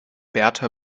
berta